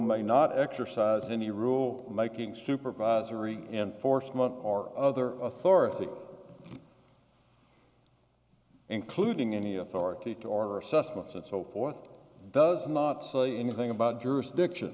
may not exercise any rule making supervisory enforcement or other authority including any authority to order assessments and so forth does not say anything about jurisdiction